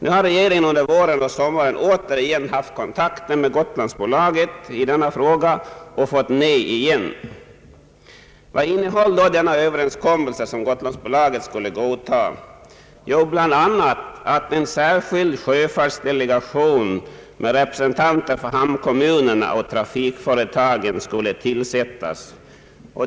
Under våren och sommaren har regeringen återigen haft kontakter med Got landsbolaget i denna fråga och fått nej igen. Vad innehöll då denna överenskommelse, som Gotlandsbolaget skulle godta? Jo, bland annat att en särskild sjöfartsdelegation med representanter för hamnkommunerna och trafikföretagen skulle tillsättas.